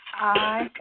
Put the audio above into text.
Aye